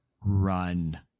run